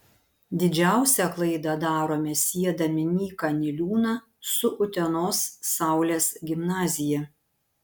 didžiausią klaidą darome siedami nyką niliūną su utenos saulės gimnazija